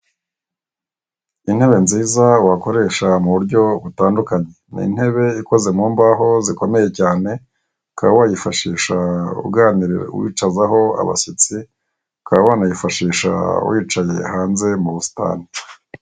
Intebe nziza wakoresha mu buryo butandukanye. Ni intebe ikoze mu mbaho zikomeye cyane, ukaba wayifashisha uganira, wicazaho abashyitsi, ukaba wanayifashisha wicaye hanze mu busitani.